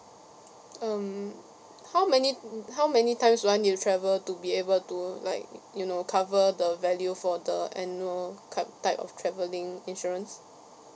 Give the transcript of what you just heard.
um how many how many times do I need to travel to be able to like you know cover the value for the annual kind type of travelling insurance